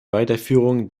weiterführung